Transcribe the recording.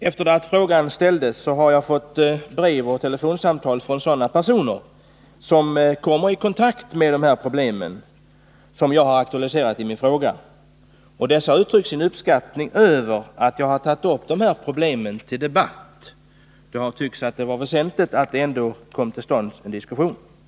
Efter det att frågan ställdes har jag fått brev och telefonsamtal från personer som kommer i kontakt med de problem som jag har aktualiserat i min fråga, och de har uttryckt sin uppskattning över att jag har tagit upp dessa frågor till debatt. Jag har tyckt att det skulle vara väsentligt att få till stånd en diskussion på denna punkt.